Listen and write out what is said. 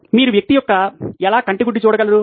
మీరు వ్యక్తి యొక్క ఎలా కంటి గుడ్డు చూడగలరు